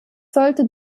sollte